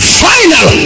final